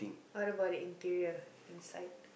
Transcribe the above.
what about the interior inside